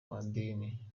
madini